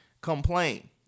complain